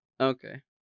Okay